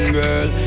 girl